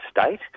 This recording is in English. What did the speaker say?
state